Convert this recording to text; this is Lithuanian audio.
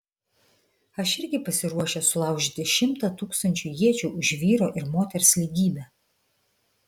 aš irgi pasiruošęs sulaužyti šimtą tūkstančių iečių už vyro ir moters lygybę